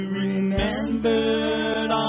remembered